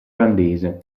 olandese